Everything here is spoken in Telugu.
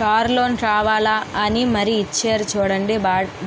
కారు లోను కావాలా అని మరీ ఇచ్చేరు చూడండి